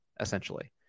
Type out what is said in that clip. essentially